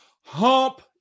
hump